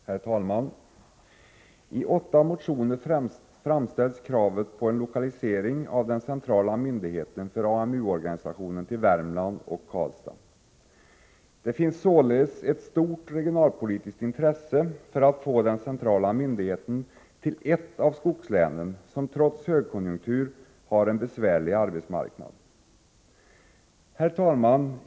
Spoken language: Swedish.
Herr talman! I åtta motioner framställs kravet på en lokalisering av den centrala myndigheten för AMU-organisationen till Värmland och Karlstad. Det finns således ett stort regionalpolitiskt intresse för att få den centrala myndigheten till ett av skogslänen, som trots högkonjunktur har en besvärlig arbetsmarknad. Herr talman!